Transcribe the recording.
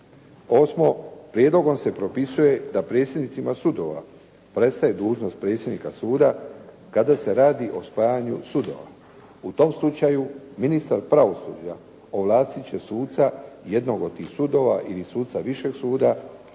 Osmo, prijedlogom se propisuje da predsjednicima sudova prestaje dužnost predsjednika suda kada se radi o spajanju sudova. U tom slučaju ministar pravosuđa ovlastit će suca jednog od tih sudova ili suca višeg suda da